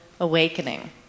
Awakening